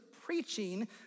preaching